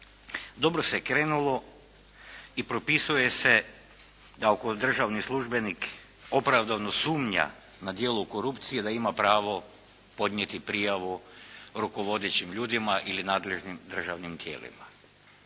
dobro se krenulo i propisuje se da ako državni službenik opravdano sumnja na djelo korupcije da ima pravo podnijeti prijavu rukovodećim ljudima ili nadležnim državnim tijelima.